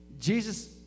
Jesus